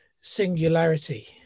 singularity